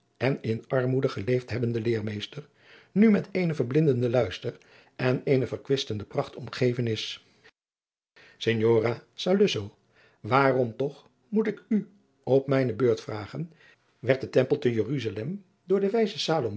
en in armoede geleefd hebbende leermeester nu met eenen verblindenden luister en eene verkwistende pracht omgeven is signora saluzzo waarom toch moet ik u op adriaan loosjes pzn het leven van maurits lijnslager mijne beurt vragen werd de tempel te jeruzalem door den wijzen